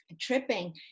tripping